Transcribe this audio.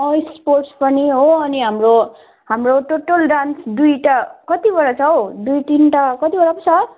अँ स्पोर्ट्स पनि हो अनि हाम्रो हाम्रो टोटल डान्स दुईवटा कतिवटा छ हौ दुईतिनवटा कतिवटा पो छ